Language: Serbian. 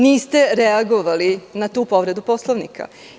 Niste reagovali na tu povredu Poslovnika.